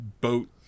boat